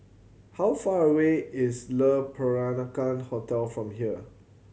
how far away is Le Peranakan Hotel from here